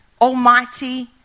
almighty